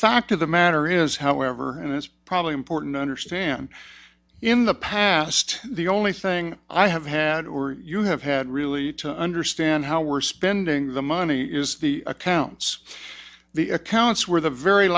fact of the matter is however and it's probably important to understand in the past the only thing i have had or you have had really to understand how we're spending the money is the accounts the accounts were the very